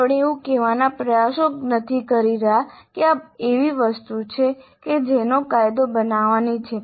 આપણે એવું કહેવાનો પ્રયાસ નથી કરી રહ્યા કે આ એવી વસ્તુ છે જેને કાયદો બનાવવાની છે